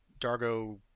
dargo